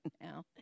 now